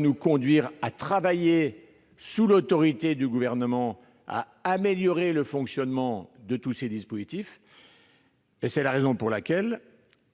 nous conduire à travailler, sous l'autorité du Gouvernement, à l'amélioration du fonctionnement de tous ces dispositifs. C'est la raison pour laquelle